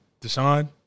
Deshaun